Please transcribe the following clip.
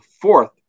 fourth